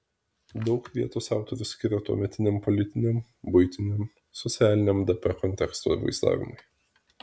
daug vietos autorius skiria tuometiniam politiniam buitiniam socialiniam dp konteksto vaizdavimui